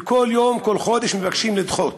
כל יום, כל חודש, מבקשים לדחות.